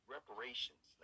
Reparations